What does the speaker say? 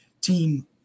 team